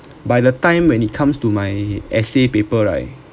by the time when it comes to my essay paper right